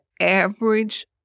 average